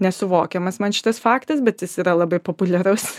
nesuvokiamas man šitas faktas bet jis yra labai populiarus